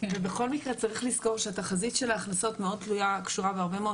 ובכל מקרה צריך לזכור שהתחזית של ההכנסות קשורה בהרבה מאוד